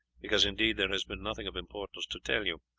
because indeed there has been nothing of importance to tell you.